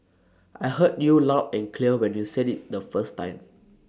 I heard you loud and clear when you said IT the first time